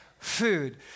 Food